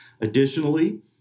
Additionally